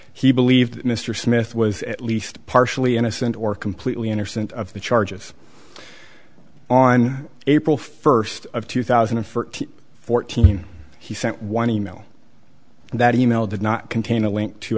he believed mr smith was at least partially innocent or completely innocent of the charges on april first of two thousand and fourteen he sent one e mail that e mail did not contain a link to